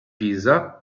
pisa